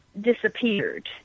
disappeared